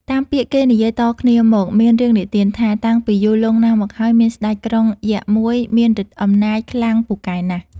តាមពាក្យគេនិយាយតគ្នាមក មានរឿងនិទានថា តាំងពីយូរលង់ណាស់មកហើយ មានស្ដេចក្រុងយក្ខមួយ មានឫទ្ធិអំណាចខ្លាំងពូកែណាស់។